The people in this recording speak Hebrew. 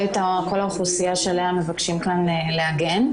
את כל האוכלוסייה שעליה מבקשים כאן להגן.